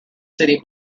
city